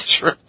true